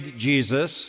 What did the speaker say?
Jesus